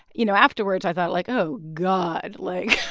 you know, afterwards, i thought like, oh, god, like,